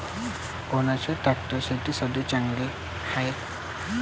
कोनचे ट्रॅक्टर शेतीसाठी चांगले हाये?